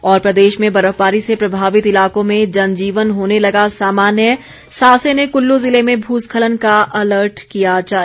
और प्रदेश में बर्फबारी से प्रभावित इलाकों में जनजीवन होने लगा सामान्य सासे ने कुल्लू जिले में भू स्खलन का अलर्ट किया जारी